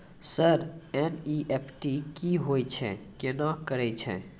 Sir NEFT की होय छै, केना करे छै?